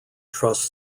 truss